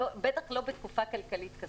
בטח לא בתקופה כלכלית כזאת.